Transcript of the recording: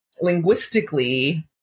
linguistically